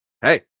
Hey